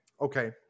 Okay